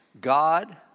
God